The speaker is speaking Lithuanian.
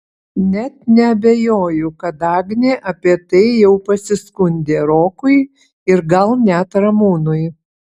net neabejoju kad agnė apie tai jau pasiskundė rokui ir gal net ramūnui